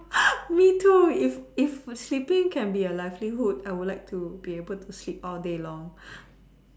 me too if if sleeping can be a livelihood I would like to be able to sleep all day long